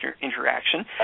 interaction